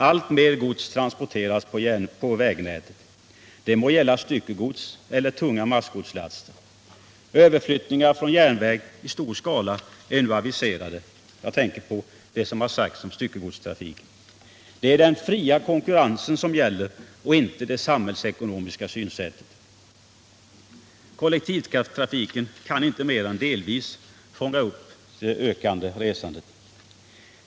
Alltmer gods transporteras på vägnätet, det må gälla styckegods eller tunga massgodslaster. Överflyttningar från järnväg i stor skala är aviserade; jag tänker på det som har sagts om styckegodstrafiken. Det är den fria konkurrensen som gäller och inte det samhällsekonomiska synsättet. Kollektivtrafiken kan inte mer än delvis fånga upp det ökande resandet.